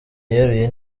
yeruye